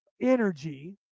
energy